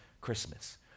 Christmas